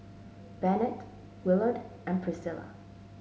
Bennett Willard and Priscila